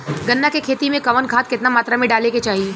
गन्ना के खेती में कवन खाद केतना मात्रा में डाले के चाही?